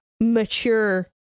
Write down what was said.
mature